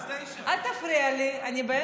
אבל זה ערוץ 9. זה ערוץ 9. אל תפריע לי.